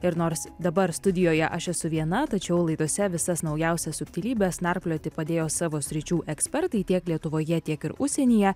ir nors dabar studijoje aš esu viena tačiau laidose visas naujausias subtilybes narplioti padėjo savo sričių ekspertai tiek lietuvoje tiek ir užsienyje